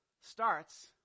starts